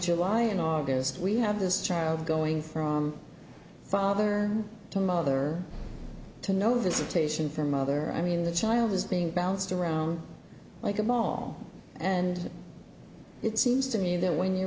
july and august we have this child going from father to mother to know the cetacean for mother i mean the child is being bounced around like a ball and it seems to me that when you're